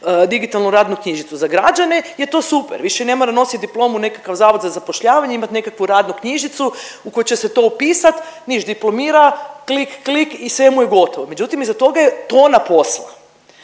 digitalnu radnu knjižicu. Za građane je to super, više ne mora nosit diplomu u nekakav Zavod za zapošljavanje, imat nekakvu radnu knjižicu u koju će se to upisat, niš, diplomira, klik, klik i sve mu je gotovo. Međutim, iza toga je tona posla